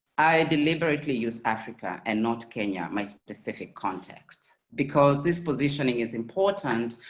i deliberately use africa and not kenya, my specific context, because this positioning is important.